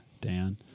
Dan